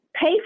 pay